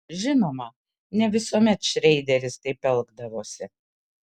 žinoma ne visuomet šreideris taip elgdavosi